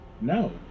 No